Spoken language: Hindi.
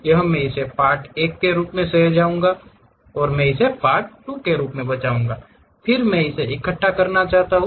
यह मैं इसे पार्ट 1 के रूप में सहेजूंगा यह मैं इसे पार्ट 2 के रूप में बचाएगा फिर मैं इसे इकट्ठा करना चाहता हूं